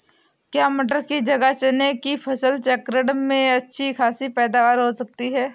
क्या मटर की जगह चने की फसल चक्रण में अच्छी खासी पैदावार होती है?